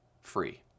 free